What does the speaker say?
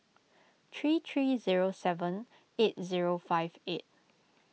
three three zero seven eight zero five eight